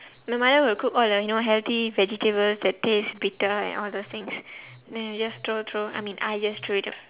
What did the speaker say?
my mother would cook all the you know healthy vegetable that taste bitter and all those things then you just throw throw I mean I just throw it out